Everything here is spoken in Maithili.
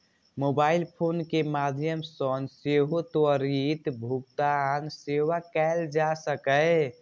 मोबाइल फोन के माध्यम सं सेहो त्वरित भुगतान सेवा कैल जा सकैए